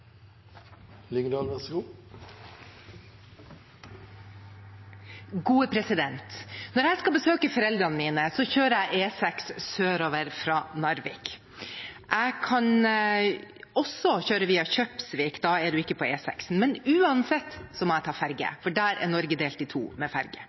Når jeg skal besøke foreldrene mine, kjører jeg E6 sørover fra Narvik. Jeg kan også kjøre via Kjøpsvik, da er man ikke på E6, men uansett må jeg ta ferge,